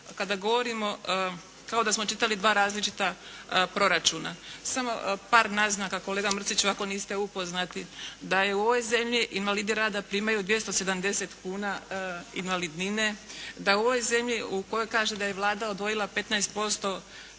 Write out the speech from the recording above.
kada govorimo kada smo čitali dva različita proračuna. Samo par naznaka kolega Mrsić ako niste upoznati, da u ovoj zemlji invalidi rada primaju 270 kuna invalidnine, da u ovoj zemlji u kojoj kažete da je Vlada odvojila 15%